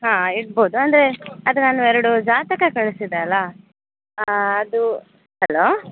ಹಾಂ ಇಡ್ಬೋದು ಅಂದರೆ ಅದು ನಾನು ಎರಡು ಜಾತಕ ಕಳ್ಸಿದ್ದೆ ಅಲ್ಲ ಅದು ಹಲೋ